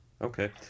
Okay